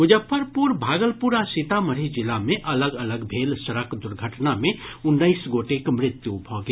मुजफ्फरपुर भागलपुर आ सीतामढ़ी जिला मे अलग अलग भेल सड़क दुर्घटना मे उन्नैस गोटेक मृत्यु भऽ गेल